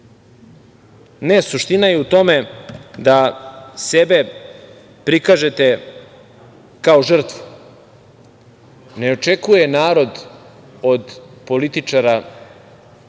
Ne. Suština je u tome da sebe prikažete kao žrtvu. Ne očekuje narod od političara